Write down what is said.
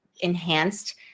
enhanced